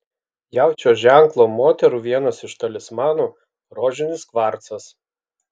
jaučio ženklo moterų vienas iš talismanų rožinis kvarcas